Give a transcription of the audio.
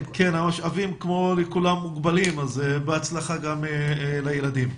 המשאבים, כמו לכולם, מוגבלים, אז בהצלחה לילדים.